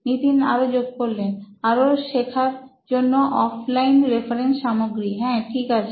নিতিন আরও শেখার জন্য অফলাইন রেফারেন্স সামগ্রী হ্যাঁ ঠিক আছে